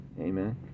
amen